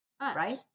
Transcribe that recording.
right